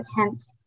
attempt